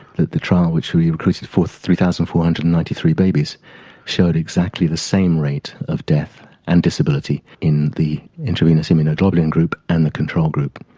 that the trial which we increased to three thousand four hundred and ninety three babies showed exactly the same rate of death and disability in the intravenous immunoglobulin group and the control group.